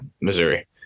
Missouri